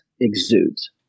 exudes